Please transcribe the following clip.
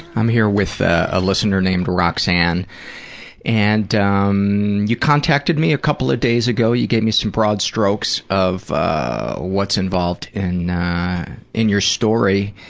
i'm here with a listener named roxanne and um you contacted me a couple of days ago. you gave me some broad strokes of what's involved in in your story,